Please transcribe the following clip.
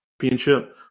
championship